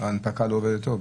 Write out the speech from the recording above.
ההנפקה לא עובדת טוב,